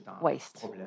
waste